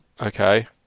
Okay